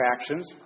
actions